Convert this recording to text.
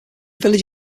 village